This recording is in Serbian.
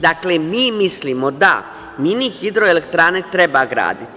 Dakle, mi mislimo da mini hidroelektrane treba graditi.